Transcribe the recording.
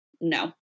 No